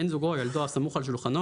בן זוגו או ילדו הסמוך על שולחנו